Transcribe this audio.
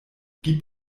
gib